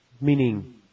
Meaning